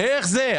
איך זה?